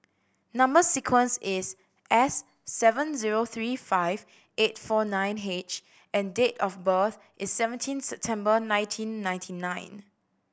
number sequence is S seven zero three five eight four nine H and date of birth is seventeen September nineteen ninety nine